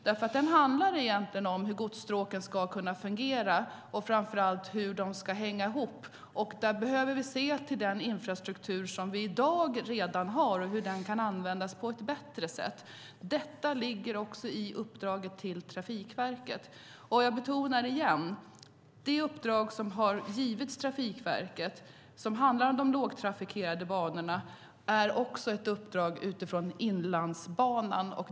Den handlar egentligen om hur godsstråken ska fungera och hur de ska hänga ihop. Vi behöver se till den infrastruktur som vi i dag redan har och hur den kan användas på ett bättre sätt. Detta ligger också i uppdraget till Trafikverket. Jag betonar igen att det uppdrag som har givits Trafikverket, som handlar om de lågtrafikerade banorna, också är ett uppdrag som gäller Inlandsbanan.